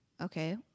okay